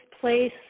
place